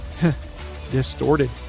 distorted